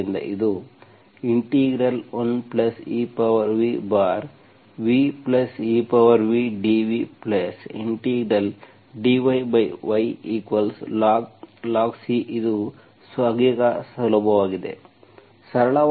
ಆದ್ದರಿಂದ ಇದು 1evvevdvdyylog C ಇದು ಈಗ ಸುಲಭವಾಗಿದೆ